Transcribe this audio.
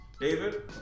David